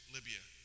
Libya